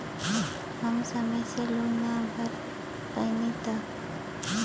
हम समय से लोन ना भर पईनी तब?